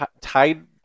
tied